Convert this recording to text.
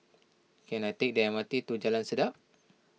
can I take the M R T to Jalan Sedap